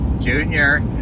Junior